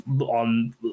on